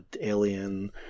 Alien